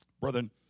Brethren